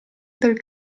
del